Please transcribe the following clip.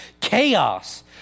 Chaos